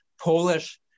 Polish